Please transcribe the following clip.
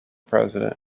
president